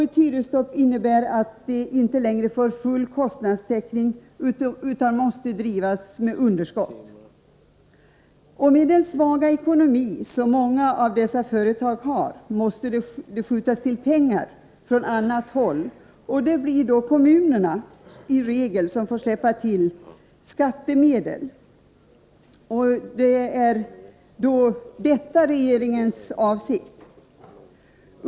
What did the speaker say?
Ett hyresstopp innebär att de inte längre får full kostnadstäckning, utan måste driva verksamheten med underskott. På grund av den svaga ekonomi som många av dessa företag har måste det skjutas till pengar från annat håll. I regel blir det då kommunerna som får bidra med skattemedel. Är det detta som är regeringens avsikt?